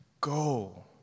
go